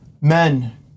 Men